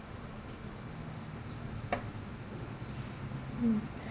mm